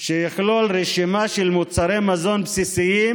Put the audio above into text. שיכלול רשימה של מוצרי מזון בסיסיים